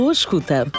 escuta